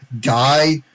Guy